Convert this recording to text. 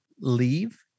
leave